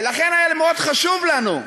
ולכן היה מאוד חשוב לנו,